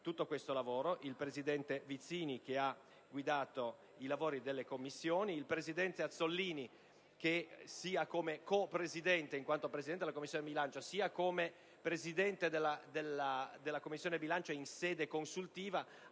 reso possibile: il presidente Vizzini, che ha guidato i lavori delle Commissioni, il presidente Azzollini, che sia come co-presidente, in quanto presidente della Commissione bilancio, sia come presidente della Commissione bilancio in sede consultiva,